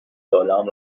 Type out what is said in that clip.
سالهام